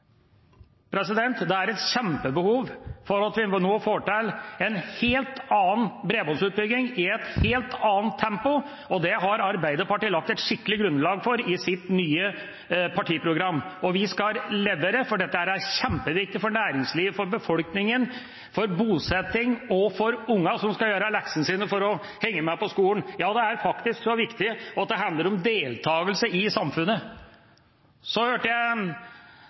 på. Det er et kjempebehov for at vi nå får til en helt annen bredbåndsutbygging – og i et helt annet tempo. Det har Arbeiderpartiet lagt et skikkelig grunnlag for i sitt nye partiprogram. Vi skal levere, for dette er kjempeviktig for næringslivet, for befolkningen, for bosettingen og for ungene, som skal gjøre leksene sine for å henge med på skolen. Det er faktisk så viktig at det handler om deltakelse i samfunnet. Jeg hørte